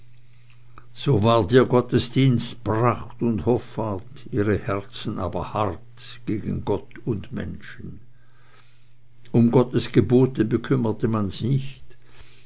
so ward ihr gottesdienst pracht und hoffart ihre herzen aber hart gegen gott und menschen um gottes gebote bekümmerte man sich nicht